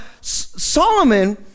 Solomon